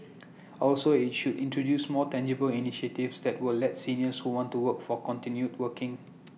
also IT should introduce more tangible initiatives that will let seniors who want to work to continue working